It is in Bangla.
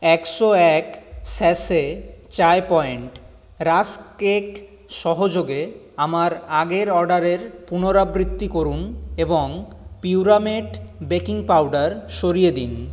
একশো এক স্যাশে চায় পয়েন্ট রাস্ক কেক সহযোগে আমার আগের অর্ডারের পুনরাবৃত্তি করুন এবং পিউরামেট বেকিং পাউডার সরিয়ে দিন